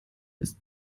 ist